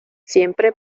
siempre